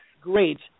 great